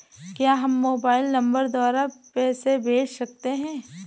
क्या हम mobile number द्वारा पैसे भेज सकते हैं?